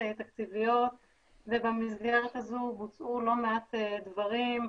תקציביות ובמסגרת הזו בוצעו לא מעט דברים,